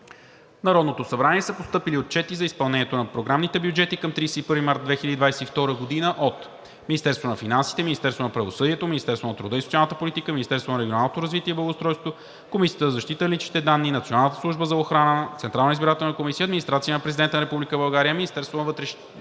Народното събрание са постъпили отчети за изпълнението на програмните бюджети към 31 март 2022 г. от: Министерството на финансите, Министерството на правосъдието, Министерството на труда и социалната политика, Министерството на регионалното развитие и благоустройството, Комисията за защита на личните данни, Националната служба за охрана, Централната избирателна комисия, Администрацията на президента на Република България, Министерството на вътрешните